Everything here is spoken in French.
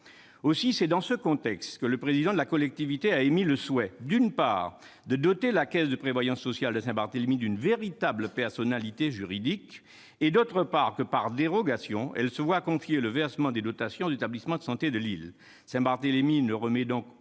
C'est dans ce contexte que le président de la collectivité a émis le souhait que la caisse de prévoyance sociale de Saint-Barthélemy soit dotée d'une véritable personnalité juridique, d'une part, que, par dérogation, elle se voit confier le versement des dotations aux établissements de santé de l'île, d'autre part. Saint-Barthélemy ne remet donc